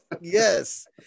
Yes